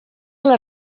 les